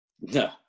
No